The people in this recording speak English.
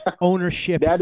ownership